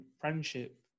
friendship